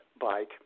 Bike